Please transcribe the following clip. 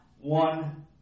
one